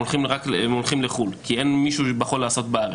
הן הולכות לחו"ל כי אין מישהו שיכול לעשות בארץ.